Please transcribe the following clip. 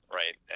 right